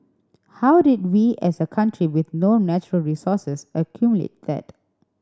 how did we as a country with no natural resources accumulate that